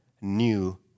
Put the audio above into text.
new